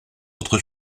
votre